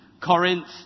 Corinth